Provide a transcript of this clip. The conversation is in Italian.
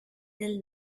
del